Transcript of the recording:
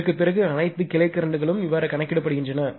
இதற்குப் பிறகு அனைத்து கிளை கரண்ட்களும் கணக்கிடப்படுகின்றன